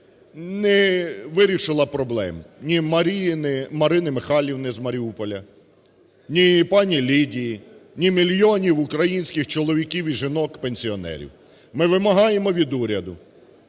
не вирішила проблем ні Марини Михайлівни з Маріуполя, ні пані Лідії, ні мільйонів українських чоловіків і жінок, пенсіонерів. Ми вимагаємо від уряду